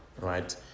right